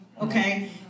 okay